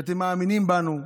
שאתם מאמינים בנו.